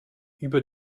über